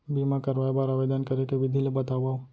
बीमा करवाय बर आवेदन करे के विधि ल बतावव?